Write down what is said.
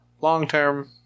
long-term